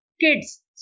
kids